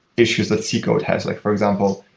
issues that c code has. like for example,